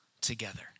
together